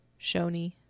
shoni